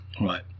Right